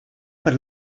per